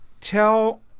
tell